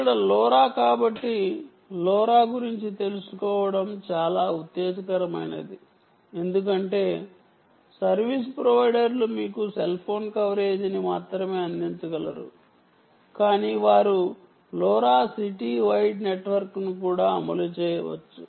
ఇక్కడ లోరా కాబట్టి లోరా గురించి చాలా తెలుసుకోవడం చాలా ఉత్తేజకరమైనది ఎందుకంటే సర్వీసు ప్రొవైడర్లు మీకు సెల్ ఫోన్ కవరేజీని మాత్రమే అందించగలరు కానీ వారు లోరా సిటీ వైడ్ నెట్వర్క్ను కూడా అమలు చేయవచ్చు